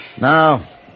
Now